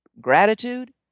Gratitude